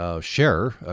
share